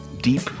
deep